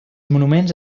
monuments